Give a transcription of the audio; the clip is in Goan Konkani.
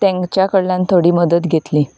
तांच्या कडल्यान थोडी मदत घेतली